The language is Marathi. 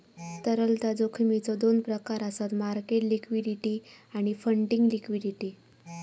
तरलता जोखमीचो दोन प्रकार आसत मार्केट लिक्विडिटी आणि फंडिंग लिक्विडिटी